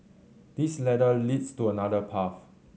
this ladder leads to another path